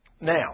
Now